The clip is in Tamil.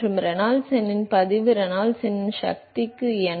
மற்றும் ரெனால்ட்ஸ் எண்ணின் பதிவு ரெனால்ட்ஸ் எண்ணின் சக்திக்கு n